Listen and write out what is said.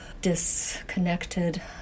disconnected